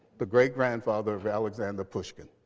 the great grandfather of alexander pushkin.